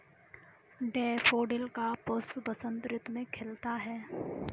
daffodil का पुष्प बसंत ऋतु में खिलता है